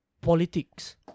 politics